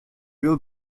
will